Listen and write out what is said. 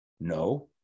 No